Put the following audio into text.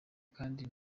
kandi